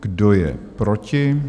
Kdo je proti?